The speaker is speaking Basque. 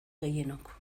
gehienok